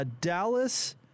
Dallas